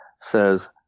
says